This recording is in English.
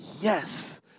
yes